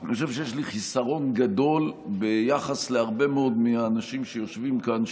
אני חושב שיש לי חיסרון גדול ביחס להרבה מאוד מהאנשים שיושבים כאן,